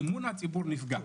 אמון הציבור נפגע.